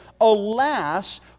Alas